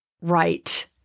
Right